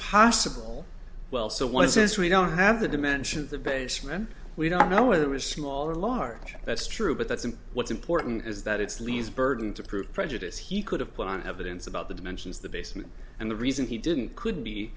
possible well so what it says we don't have the dimension of the basement we don't know whether it was small or large that's true but that's a what's important is that it's lee's burden to prove prejudice he could have put on evidence about the dimensions the basement and the reason he didn't could